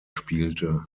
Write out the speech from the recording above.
spielte